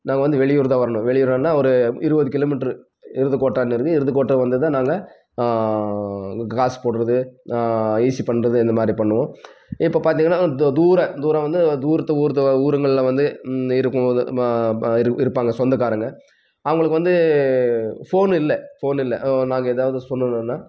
நாங்கள் வந்து வெளியூர்தான் வரணும் வெளியூருன்னால் ஒரு இருபது கிலோமீட்டரு எருதுகோட்டான்ல இருந்து எருதுகோட்டை வந்துதான் நாங்கள் காசு போடுறது ஈசி பண்ணுறது இந்தமாதிரிப் பண்ணுவோம் இப்போ பார்த்திங்கனா தூ தூர தூரம் வந்து தூரத்து ஊர்த்து ஊருங்கள்ல வந்து இருக்கும் இது இருப்பாங்கள் சொந்தக்காரங்கள் அவங்களுக்கு வந்து ஃபோன் இல்லை ஃபோன் இல்லை நாங்கள் ஏதாவது சொல்லணும்னா